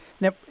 Now